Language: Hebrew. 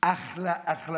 אחלה אחלה